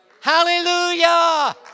Hallelujah